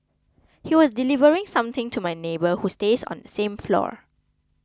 he was delivering something to my neighbour who stays on the same floor